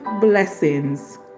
blessings